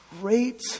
great